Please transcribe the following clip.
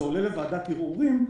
זה עולה לוועדת ערעורים.